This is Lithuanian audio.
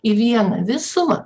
į vieną visumą